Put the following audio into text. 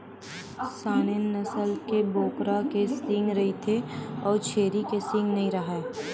Saanen नसल के बोकरा के सींग रहिथे अउ छेरी के सींग नइ राहय